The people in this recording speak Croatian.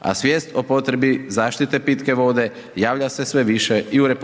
a svijest o potrebi zaštite pitke vode javlja se sve više i u RH.